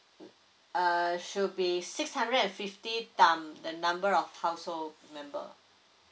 uh should be six hundred and fifty time the number of household member